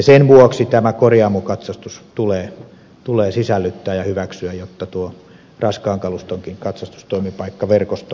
sen vuoksi tämä korjaamokatsastus tulee sisällyttää ja hyväksyä jotta tuo raskaankin kaluston toimipaikkaverkosto säilyisi riittävän tiheänä